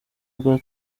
rwa